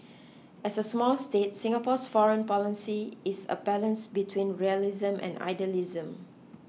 as a small state Singapore's foreign policy is a balance between realism and idealism